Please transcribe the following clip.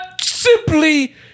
simply